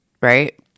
right